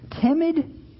timid